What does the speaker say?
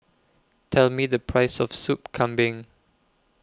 Tell Me The Price of Sup Kambing